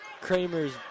Kramer's